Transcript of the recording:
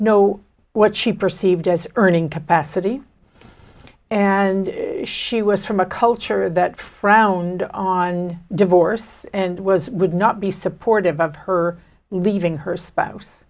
no what she perceived as earning capacity and she was from a culture that frowned on divorce and was would not be supportive of her leaving her spouse